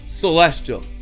celestial